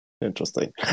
Interesting